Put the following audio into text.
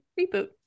reboot